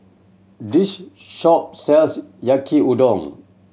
this shop sells Yaki Udon